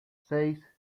seis